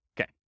Okay